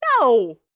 No